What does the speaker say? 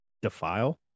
defile